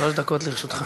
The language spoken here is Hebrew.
שלוש דקות לרשותך.